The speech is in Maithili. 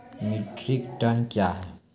मीट्रिक टन कया हैं?